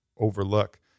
overlook